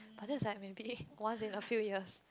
but that's like maybe once in a few years